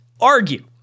argue